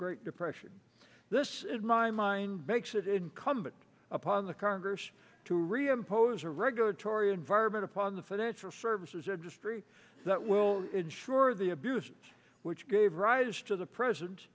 great depression this is my mind makes it incumbent upon the congress to reimpose a regulatory environment upon the financial services industry that will ensure the abuses which gave rise to the present